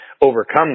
overcome